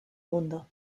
mundo